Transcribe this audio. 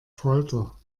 folter